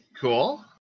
cool